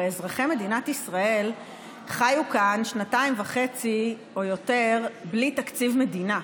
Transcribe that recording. הרי אזרחי מדינת ישראל חיו כאן שנתיים וחצי או יותר בלי תקציב מדינה.